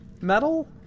metal